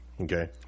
okay